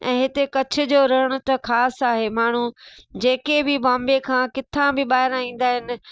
ऐं हिते कच्छ जो रण त ख़ासि आहे माण्हू जेके मुम्बई खां किथां बि ॿाहिरां ईंदा आहिनि